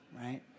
right